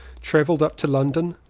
traveled up to london.